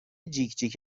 جیکجیک